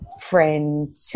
friend